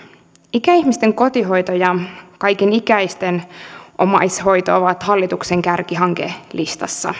ikäihmisten kotihoito ja kaikenikäisten omaishoito ovat hallituksen kärkihankelistassa